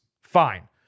Fine